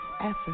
effort